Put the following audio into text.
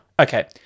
Okay